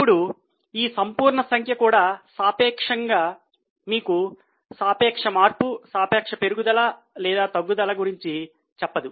ఇప్పుడు ఈ సంపూర్ణ సంఖ్య కూడా సాపేక్షంగా మీకు సాపేక్ష మార్పు సాపేక్ష పెరుగుదల లేదా తగ్గుదల గురించి చెప్పదు